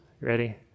ready